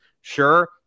sure